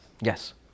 Yes